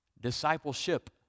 discipleship